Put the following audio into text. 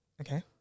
okay